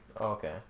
Okay